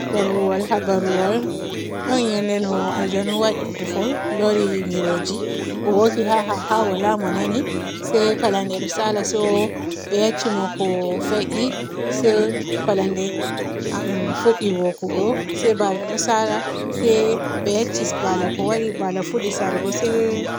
Habaruwol habaruwol ɗon yende no aljanu waaɗi bufol loori miroji. O wooki hahaha waala mo nani se pallade ɗo saala so be yecci mo ko fe'I se pallande fuɗɗi wookugo se baala ɗo saala se be yecci baala ko waaɗi se baala fuɗɗi saalugo se